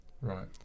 Right